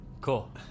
Cool